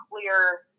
clear